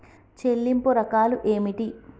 చెల్లింపు రకాలు ఏమిటి?